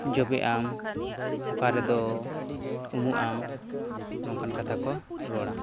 ᱡᱚᱵᱮᱜ ᱟᱢ ᱚᱠᱟ ᱨᱮᱫᱚ ᱩᱢᱩᱜ ᱟᱢ ᱱᱚᱝᱠᱟᱱ ᱠᱟᱛᱷᱟ ᱠᱚ ᱨᱚᱲᱟ